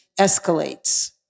escalates